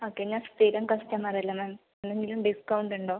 okay ഞാൻ സ്ഥിരം customer അല്ലെ മാം എന്തെങ്കിലും ഡിസ്കൗണ്ട് ഉണ്ടോ